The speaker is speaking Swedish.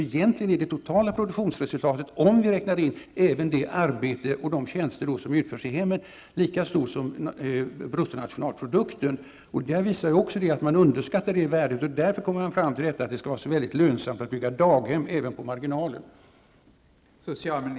Egentligen är det totala produktionsresultatet lika stort som bruttonationalprodukten, om vi räknar in det arbete och de tjänster som utförs i hemmet. Det visar också att man underskattar det värdet. Därför kommer man fram till att det är så oerhört lönsamt att bygga daghem, även på marginalen.